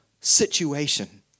situation